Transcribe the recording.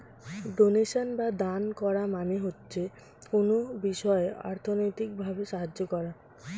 donation বা দান করা মানে হচ্ছে কোনো বিষয়ে অর্থনৈতিক ভাবে সাহায্য করা